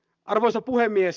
arvoisa puhemies